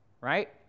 right